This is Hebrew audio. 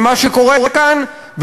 ממה שקורה כאן,